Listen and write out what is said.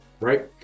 right